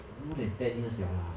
more than ten years 了啦